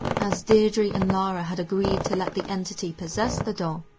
as deidre and lara had agreed to let the entity possess the doll,